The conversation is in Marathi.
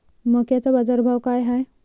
मक्याचा बाजारभाव काय हाय?